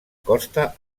costa